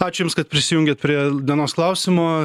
ačiū jums kad prisijungėt prie dienos klausimo